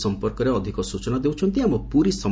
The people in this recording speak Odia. ଏ ସମ୍ମର୍କରେ ଅଧିକ ସ୍ଚନା ଦେଉଛନ୍ତି ଆମ ପୁରୀ ସମ୍